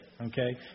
okay